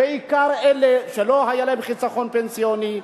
יש כאלה שלא היה להם חיסכון פנסיוני.